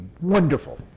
wonderful